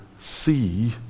see